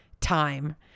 time